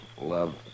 love